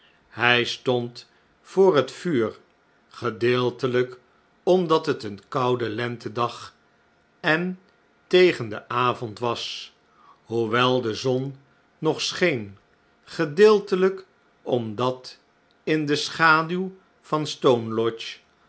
hij stond voor het vuur gedeeltelijk omdat het een koude lentedag en tegen den avond was hoewel de zon nog scheen gedeeltelijk omdat in de schaduw van stone lodge